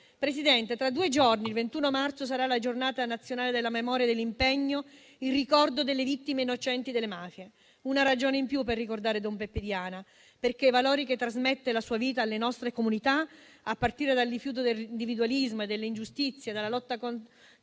Presidente, tra due giorni, il 21 marzo, sarà la Giornata nazionale della memoria e dell'impegno in ricordo delle vittime innocenti delle mafie: una ragione in più per ricordare don Peppe Diana, perché i valori che trasmette la sua vita alle nostre comunità, a partire dal rifiuto dell'individualismo e delle ingiustizie, dalla lotta contro